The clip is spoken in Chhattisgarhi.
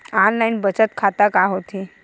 ऑनलाइन बचत खाता का होथे?